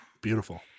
beautiful